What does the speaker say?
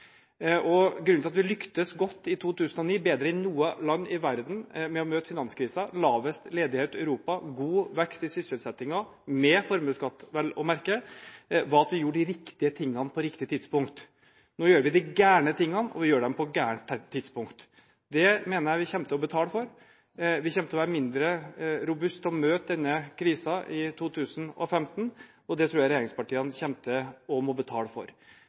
Grunnen til at vi lyktes godt i 2009, bedre enn noe land i verden, med å møte finanskrisen – lavest ledighet i Europa, god vekst i sysselsettingen, med formuesskatt vel å merke – var at vi gjorde de riktige tingene på de riktige tidspunktene. Nå gjør vi de gale tingene, og vi gjør dem på galt tidspunkt. Det mener jeg vi kommer til å betale for. Vi kommer til å være mindre robust til å møte denne krisen i 2015, og det tror jeg regjeringspartiene kommer til å måtte betale for.